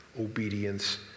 obedience